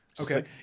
Okay